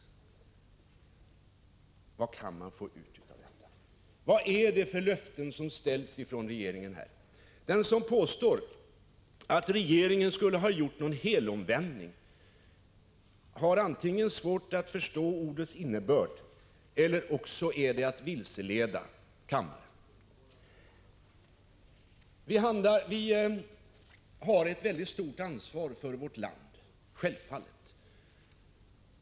Vad kan man få ut av detta? Vad är det för löften som ges från regeringen här? Den som påstår att regeringen skulle ha gjort en helomvändning har antingen svårt att förstå ordets innebörd eller är ute efter att vilseleda kammaren. Vi har självfallet ett stort ansvar för vårt land.